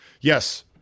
Yes